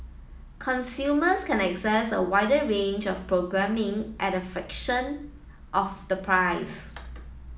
consumers can access a wider range of programming at a fraction of the price